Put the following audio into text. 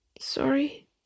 sorry